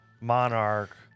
monarch